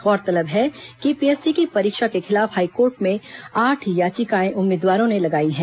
गौरतलब है कि पीएससी की परीक्षा के खिलाफ हाईकोर्ट में आठ याचिकाएं उम्मीदवारों ने लगाई हैं